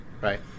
Right